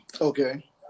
Okay